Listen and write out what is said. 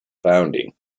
founding